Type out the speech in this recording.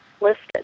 listed